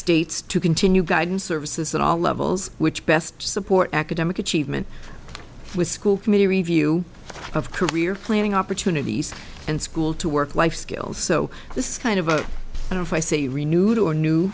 states to continue guidance services at all levels which best support academic achievement with school committee review of career planning opportunities and school to work life skills so this kind of a and if i say renewed or new